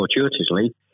fortuitously